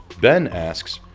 ben asks,